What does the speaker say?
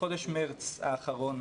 בחודש מרץ האחרון,